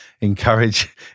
encourage